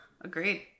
Agreed